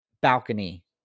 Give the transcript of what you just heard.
balcony